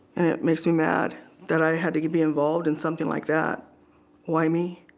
and it makes me mad that i had to be involved in something like that why me?